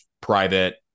private